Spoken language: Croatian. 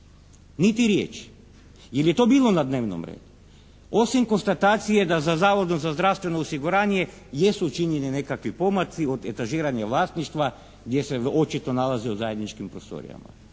Niti riječi, jer je to bilo na dnevnom redu, osim konstatacije da sa Zavodom za zdravstveno osiguranje jesu učinjeni nekakvi pomaci od etažiranja vlasništva gdje se očito nalaze u zajedničkim prostorijama.